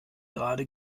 gerade